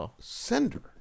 sender